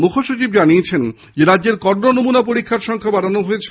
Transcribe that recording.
মুখ্যসচিব জানিয়েছেন রাজ্যের করোনা নমুনা পরীক্ষার সংখ্যা বাড়ানো হয়েছে